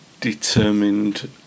determined